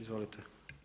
Izvolite.